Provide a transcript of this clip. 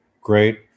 great